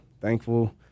Thankful